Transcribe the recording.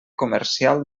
comercial